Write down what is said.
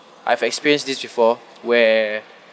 I've experienced this before where